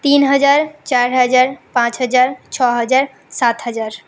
তিন হাজার চার হাজার পাঁচ হাজার ছ হাজার সাত হাজার